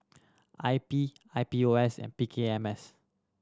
I P I P O S and P K M S